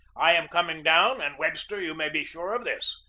i am coming down and, webster, you may be sure of this,